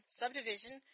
subdivision